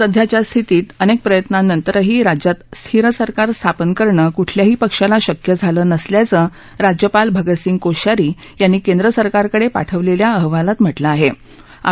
सध्याच्या स्थितीत अनेक प्रयत्नानस्तिही राज्यात स्थिर सरकार स्थापन करणक्रिठल्याही पक्षाला शक्य झालक्रिसल्याचविज्यपाल भगतसिद्ध कोश्यारी याप्ती केंद्र सरकारकडे पाठवलेल्या अहवालात म्हटल ि्ञाहे